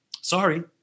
sorry